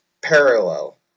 parallel